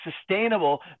sustainable